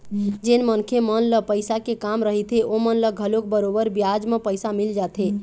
जेन मनखे मन ल पइसा के काम रहिथे ओमन ल घलोक बरोबर बियाज म पइसा मिल जाथे